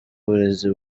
uburezi